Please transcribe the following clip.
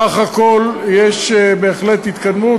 סך הכול יש בהחלט התקדמות.